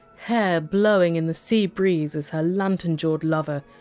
hair blowing in the sea breeze as her lantern-jawed lover,